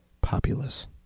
populace